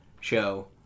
show